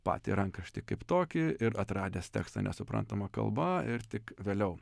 patį rankraštį kaip tokį ir atradęs tekstą nesuprantama kalba ir tik vėliau